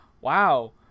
Wow